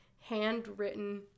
handwritten